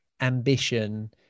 ambition